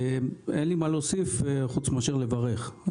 אין לי מה להוסיף חוץ מאשר לברך.